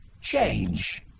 Change